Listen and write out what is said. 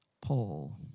Paul